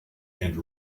and